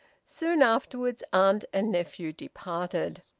soon afterwards aunt and nephew departed.